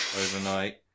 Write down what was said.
overnight